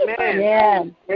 Amen